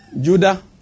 Judah